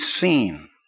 seen